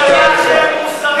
במזרח התיכון,